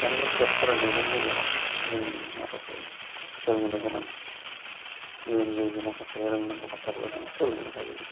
थारैनो बिजाब फरायनानै जोङो जोंनि माखासे सोलोंनो गोनां इयुन जोलैनि माखासे रोंनांगौ बाथ्राफोरखौ जों सोलोंनो हायोमोन